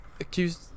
accused